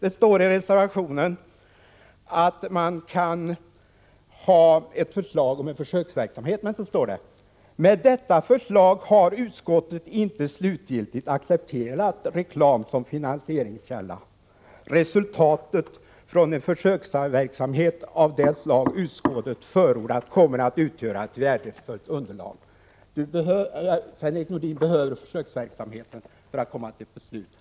I reservation 9 finns ett förslag om försöksverksamhet, och sedan står det: ”Med detta förslag har utskottet inte slutgiltigt accepterat reklam som finansieringskälla. Resultaten från en försöksverksamhet av det slag utskottet förordat kommer att utgöra ett värdefullt underlag ——."” Reservanterna, av vilka Sven-Erik Nordin är en, behöver försöksverksamheten för att komma till beslut.